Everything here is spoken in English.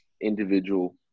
individual